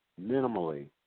minimally